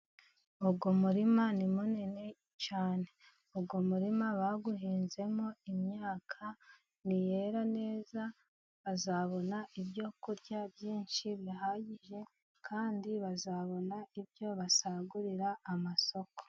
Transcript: Uy murima munnini cyane, uyu murima bawuhinzemo imyaka ,niyera neza bazabona ibyo kurya byinshi bihagije ,kandi bazabona ibyo basagurira amasoko.